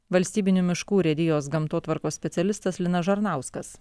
valstybinių miškų urėdijos gamtotvarkos specialistas linas žarnauskas